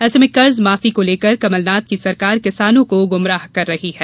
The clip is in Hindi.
ऐसे में कर्ज माफी को लेकर कमलनाथ की सरकार किसानों को गुमराह कर रही है